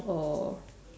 or